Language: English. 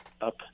up